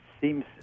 seems